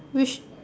which